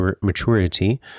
maturity